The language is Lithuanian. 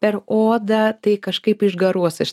per odą tai kažkaip išgaruos iš